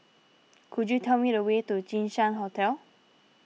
could you tell me the way to Jinshan Hotel